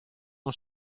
non